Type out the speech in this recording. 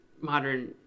modern